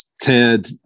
Ted